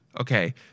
Okay